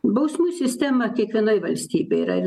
bausmių sistema kiekvienoj valstybėj yra